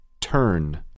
Turn